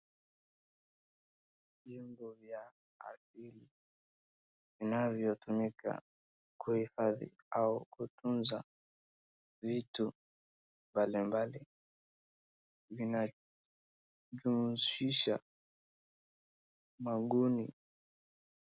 Vyombo vya asili, vinavyotumika kuhifadhi au kutunza vitu mbalimbali, vinajihusisha maguuni.